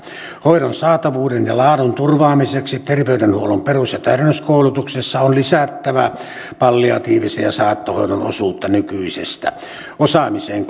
hoidon saatavuuden ja laadun turvaamiseksi terveydenhuollon perus ja täydennyskoulutuksessa on lisättävä palliatiivisen ja saattohoidon osuutta nykyisestä osaamiseen